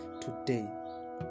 today